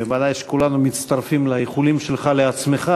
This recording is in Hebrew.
וודאי שכולנו מצטרפים לאיחולים שלך לעצמך,